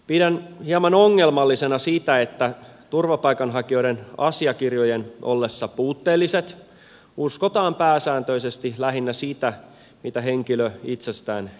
pidän hieman ongelmallisena sitä että turvapaikanhakijoiden asiakirjojen ollessa puutteelliset uskotaan pääsääntöisesti lähinnä sitä mitä henkilö itsestään kertoo